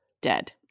dead